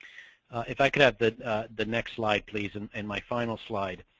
if i could have the the next slide please and and my final slide.